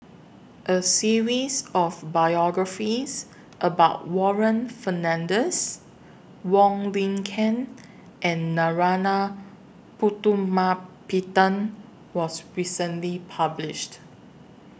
A series of biographies about Warren Fernandez Wong Lin Ken and Narana Putumaippittan was recently published